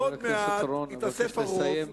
חבר הכנסת אורון, אני מבקש לסיים.